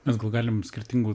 mes gal galim skirtingų